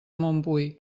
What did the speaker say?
montbui